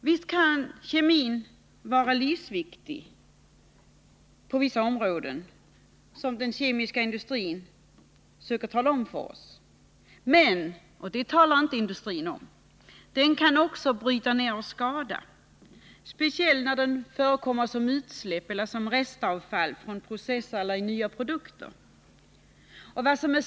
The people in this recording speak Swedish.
Visst kan kemin vara livsviktig på vissa områden, som den kemiska industrin försöker intala oss, men — och det talar industrin inte om — den kan också bryta ner och skada, speciellt när den förekommer som utsläpp eller restavfall från processer eller i nya produkter.